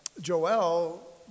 Joel